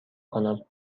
کنم